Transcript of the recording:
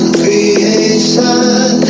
creation